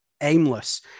aimless